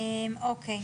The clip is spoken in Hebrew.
לא, ברור.